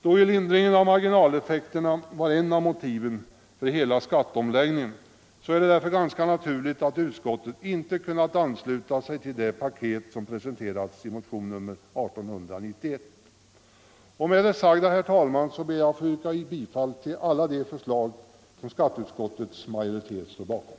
Då lindringen av marginaleffekterna var ett av motiven för hela skatteomläggningen, är det ganska naturligt att utskottet inte kunnat ansluta sig till det paket som presenterats i motionen 1891. Med det sagda ber jag, herr talman, att få yrka bifall till alla de förslag i betänkande nr 54 som skatteutskottets majoritet står bakom.